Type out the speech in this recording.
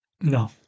No